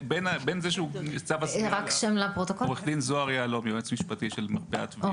אני היועץ המשפטי של מרפאת ויו.